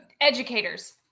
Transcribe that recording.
educators